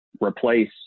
replace